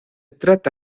trata